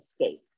escape